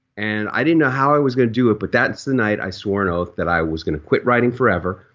and i didn't know how i was going to do it but that's the night i swore an oath that i was going to quit writing forever,